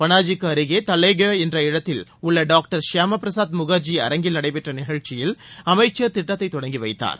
பளாஜிக்கு அருகே தலேப்கவ் என்ற இடத்தில் உள்ள டாக்டர் ஷியாமா பிரசாத் முகர்ஜி அரங்கில் நடைபெற்ற நிகழ்ச்சியில் அமைச்சர் திட்டத்தை தொடங்கி வைத்தார்